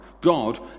God